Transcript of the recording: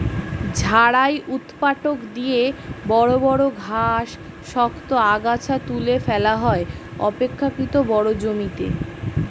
ঝাড়াই ঊৎপাটক দিয়ে বড় বড় ঘাস, শক্ত আগাছা তুলে ফেলা হয় অপেক্ষকৃত বড় জমিতে